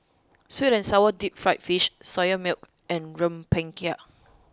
sweet and sour deep fried fish soya milk and rempeyek